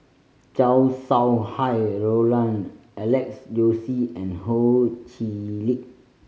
Chow Sau Hai Roland Alex Josey and Ho Chee Lick